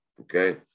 okay